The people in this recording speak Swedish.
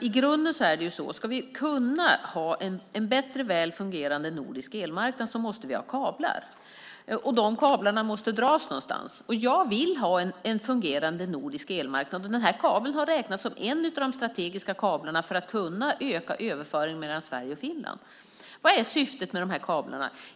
I grunden är det så att ska vi kunna ha en bättre, väl fungerande nordisk elmarknad måste vi ha kablar. Dessa kablar måste dras någonstans. Jag vill ha en fungerande nordisk elmarknad, och den här kabeln har räknats som en av de strategiska kablarna för att kunna öka överföringen mellan Sverige och Finland. Vad är meningen med här kablarna?